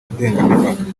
ndengamipaka